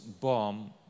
bomb